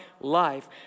life